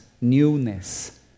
newness